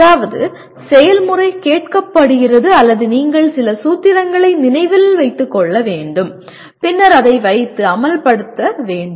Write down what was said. அதாவது செயல்முறை கேட்கப்படுகிறது அல்லது நீங்கள் சில சூத்திரங்களை நினைவில் வைத்துக் கொள்ள வேண்டும் பின்னர் அதை வைத்து அமல்படுத்த வேண்டும்